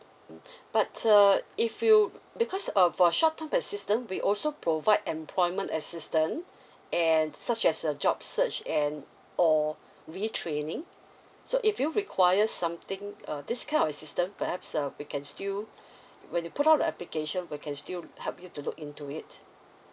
mm but uh if you because uh for short term assistance we also provide employment assistance and such as uh job search and or retraining so if you require something uh this kind of assistance perhaps uh we can still when you put out the application we can still help you to look into it